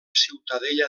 ciutadella